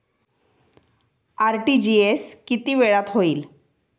RTGS किती वेळात होईल?